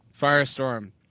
Firestorm